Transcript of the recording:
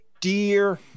dear